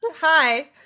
hi